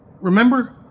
remember